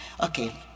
Okay